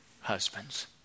husbands